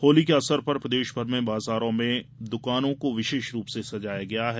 होली के अवसर पर प्रदेशभर के बाजारों में द्वानों को विशेष रूप से सजाया गया है